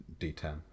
d10